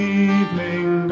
evening